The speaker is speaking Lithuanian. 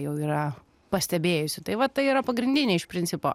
jau yra pastebėjusi tai va tai yra pagrindinė iš principo